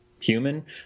human